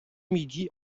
midi